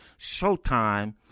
Showtime